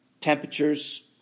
temperatures